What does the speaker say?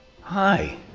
Hi